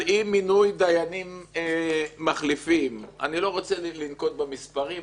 על אי מינוי דיינים מחליפים אני לא רוצה לנקוט במספרים.